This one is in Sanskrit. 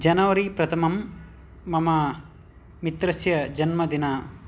जनवरि प्रथमं मम मित्रस्य जन्मदिनम्